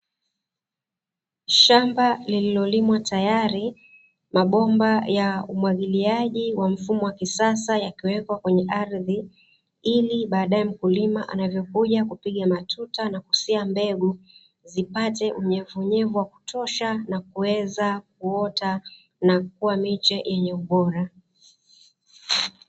Shamba lililolimwa tayari, mabomba ya umwagiliaji wa mfumo wa kisasa yakiwekwa kwenye ardhi, ili baadaye mkulima anavyokuja kupiga matuta na kusia mbegu, zipate unyevunyevu wa kutosha na kuweza kuota na kuwa miche yenye ubora.